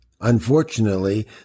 Unfortunately